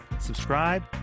subscribe